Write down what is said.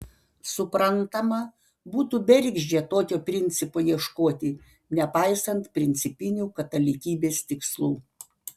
suprantama būtų bergždžia tokio principo ieškoti nepaisant principinių katalikybės tikslų